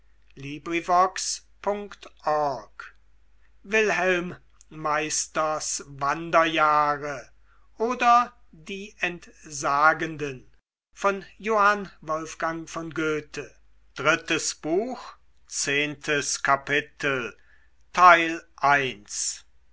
wilhelm meisters wanderjahre oder die entsagenden